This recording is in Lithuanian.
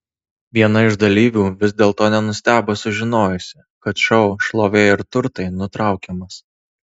viena iš dalyvių vis dėlto nenustebo sužinojusi kad šou šlovė ir turtai nutraukiamas